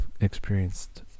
experienced